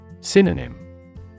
Synonym